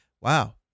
Wow